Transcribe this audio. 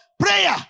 Prayer